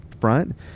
front